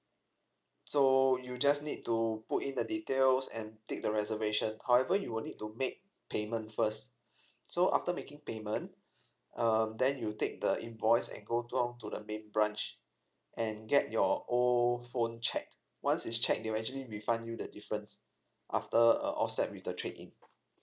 so you just need to put in the details and take the reservation however you will need to make payment first so after making payment um then you take the invoice and go down to the main branch and get your old phone checked once it's check they will actually refund you the difference after uh offset with the trade in